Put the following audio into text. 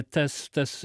tas tas